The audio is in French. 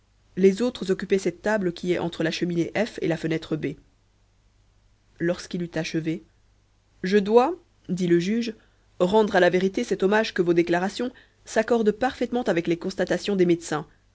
les autres occupaient cette table qui est entre la cheminée f et la fenêtre b lorsqu'il eut achevé je dois dit le juge rendre à la vérité cet hommage que vos déclarations s'accordent parfaitement avec les constatations des médecins